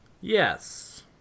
Yes